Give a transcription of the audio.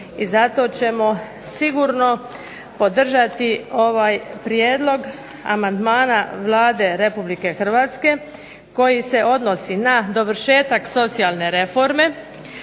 I zato ćemo sigurno podržati ovaj prijedlog amandmana Vlade Republike Hrvatske koji se odnosi na dovršetak socijalne reforme,